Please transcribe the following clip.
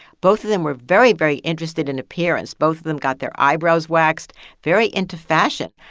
both of them were very, very interested in appearance. both of them got their eyebrows waxed very into fashion.